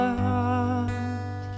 heart